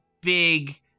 big